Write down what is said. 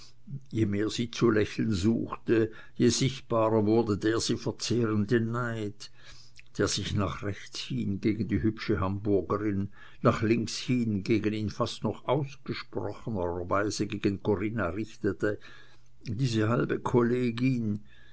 je mehr sie zu lächeln suchte je sichtbarer wurde der sie verzehrende neid der sich nach rechts hin gegen die hübsche hamburgerin nach links hin in fast noch ausgesprochenerer weise gegen corinna richtete diese halbe kollegin